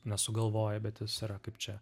nesugalvojai bet jis yra kaip čia